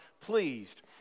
pleased